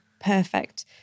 perfect